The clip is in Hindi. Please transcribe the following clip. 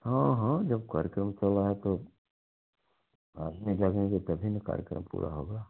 हाँ हाँ जब कार्यक्रम चल रा है तो तभी न कार्यक्रम पूरा होगा